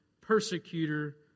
persecutor